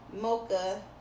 Mocha